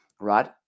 right